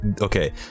okay